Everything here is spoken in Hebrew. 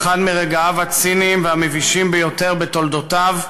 באחד מהרגעים הציניים והמבישים ביותר בתולדותיו,